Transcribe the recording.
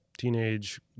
teenage